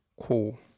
cool